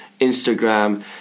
Instagram